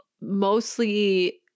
mostly